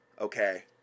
Okay